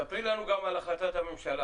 תספרי לנו גם על החלטת הממשלה.